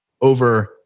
over